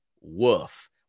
Woof